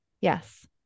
Yes